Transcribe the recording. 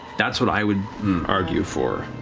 that's what i would argue for.